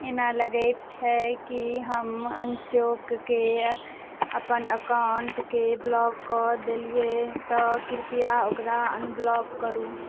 एना लगैत छै कि हम अनचोकहिके अपन एकाउण्टके ब्लॉक कऽ देलिए तऽ कृपया ओकरा अनब्लॉक करू